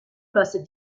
place